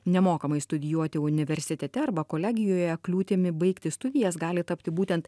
nemokamai studijuoti universitete arba kolegijoje kliūtimi baigti studijas gali tapti būtent